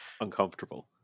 uncomfortable